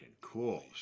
cool